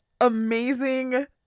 amazing